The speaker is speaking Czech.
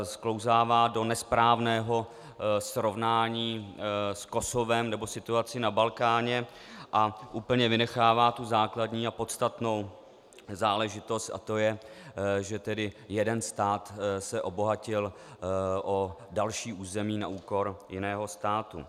Sklouzává do nesprávného srovnání s Kosovem nebo situací na Balkáně a úplně vynechává základní a podstatnou záležitost, a to je, že jeden stát se obohatil o další území na úkor jiného státu.